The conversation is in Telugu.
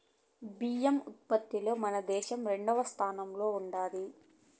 బియ్యం ఉత్పత్తిలో మన దేశం రెండవ స్థానంలో ఉండాది